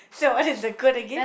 so what is the good again